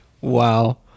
wow